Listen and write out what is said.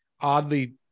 oddly